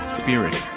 spirit